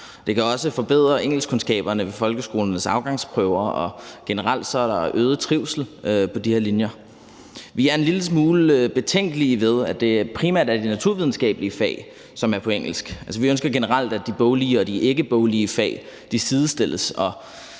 Det kan også forbedre engelskkundskaberne ved folkeskolens afgangsprøver, og generelt er der øget trivsel på de her linjer. Vi er en lille smule betænkelige ved, at det primært er de naturvidenskabelige fag, som er på engelsk. Vi ønsker generelt, at de boglige og de ikkeboglige fag sidestilles, og